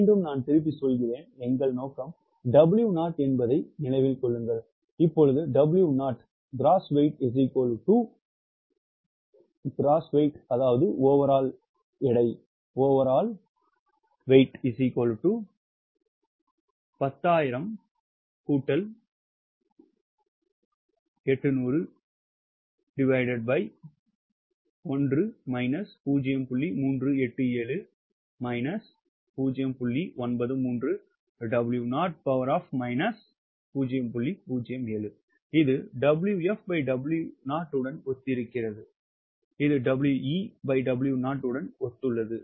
மீண்டும் நான் திரும்பிச் செல்கிறேன் எங்கள் நோக்கம் W0 என்பதை நினைவில் கொள்கிறீர்கள் இது 𝑊𝑓𝑊0 உடன் ஒத்திருக்கிறது இது 𝑊𝑒𝑊0 உடன் ஒத்துள்ளது